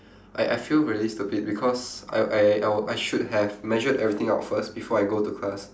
I I feel really stupid because I I woul~ I should have measured everything out first before I go to class